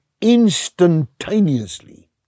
instantaneously